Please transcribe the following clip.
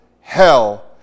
hell